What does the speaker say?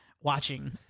watching